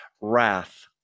wrath